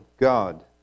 God